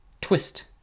twist